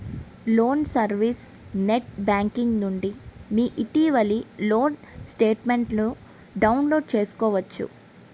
loan service net banking నుండి మీ ఇటీవలి లోన్ స్టేట్మెంట్ను డౌన్లోడ్ చేసుకోవచ్చు